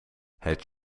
het